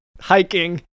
hiking